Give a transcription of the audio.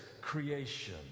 creation